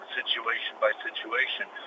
situation-by-situation